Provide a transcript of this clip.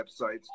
websites